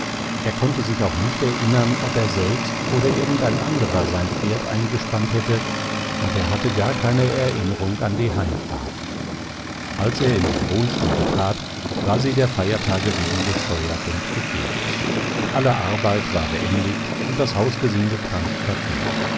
er konnte sich auch nicht erinnern ob er selbst oder irgendein andrer sein pferd eingespannt hätte und er hatte gar keine erinnerung an die heimfahrt als er in die wohnstube trat war sie der feiertage wegen gescheuert und gefegt alle arbeit war beendigt und das hausgesinde trank kaffee